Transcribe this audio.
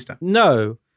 No